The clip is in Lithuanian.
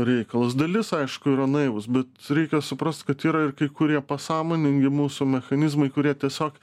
reikalas dalis aišku yra naivūs bet reikia suprast kad yra ir kai kurie pasąmoningi mūsų mechanizmai kurie tiesiog